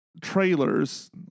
trailers